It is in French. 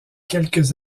quelques